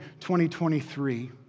2023